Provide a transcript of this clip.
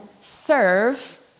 serve